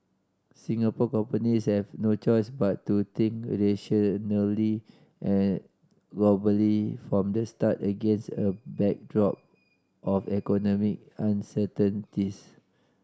Singapore companies have no choice but to think regionally and globally from the start against a backdrop of economy uncertainties